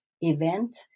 event